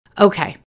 Okay